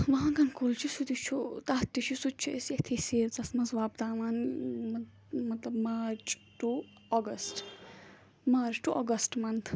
وانٛگَن کُل چھُ سُہ تہِ چھُ تَتھ تہِ چھُ سُہ تہِ چھِ أسۍ ییٚتھی سیزَس منٛز وۄپداوان مطلب March to August March to August month